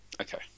Okay